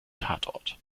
tatort